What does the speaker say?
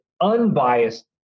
unbiased